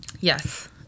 Yes